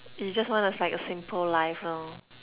you just want is like a simple life lor